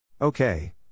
Okay